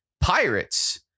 Pirates